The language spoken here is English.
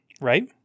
right